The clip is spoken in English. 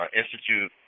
institute